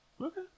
Okay